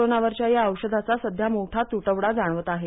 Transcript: कोरोनावरच्या या औषधाचा सध्या मोठा त्टवडा जाणवत आहे